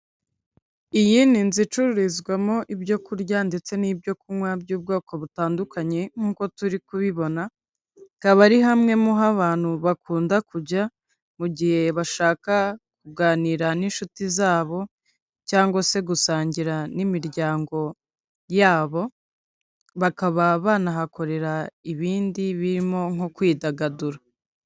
Iyi ni inzu icururizwamo ibyo kurya ndetse n'ibyo kunywa by'ubwoko butandukanye nkuko turi kubibona, akaba ari hamwe mu ho abantu bakunda kujya mu gihe bashaka kuganira n'inshuti zabo cyangwa se gusangira n'imiryango yabo, bakaba banahakorera ibindi birimo nko kwidagadura.